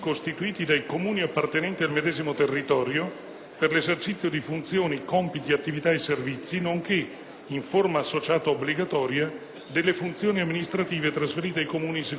per l'esercizio di funzioni, compiti, attività e servizi, nonché in forma associata obbligatoria delle funzioni amministrative trasferite ai Comuni, secondo quanto disposto dalla medesima legge provinciale.